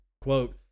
Quote